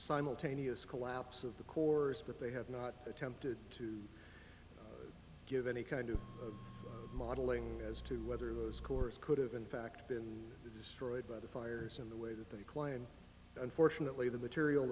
simultaneous collapse of the corps but they have not attempted to give any kind of modeling as to whether those course could have in fact been destroyed by the fires in the way that they claimed unfortunately the material